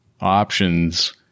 options